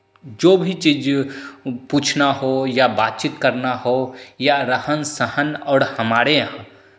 जो भी चीज़ पूछना हो या बातचीत करना हो या रहन सहन और हमारे यहाँ